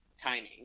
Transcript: timing